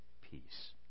peace